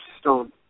stone